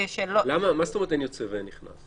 מה זאת אומרת אין יוצא ואין נכנס?